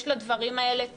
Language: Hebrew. יש לדברים האלה תיעוד.